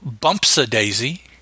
Bumps-a-daisy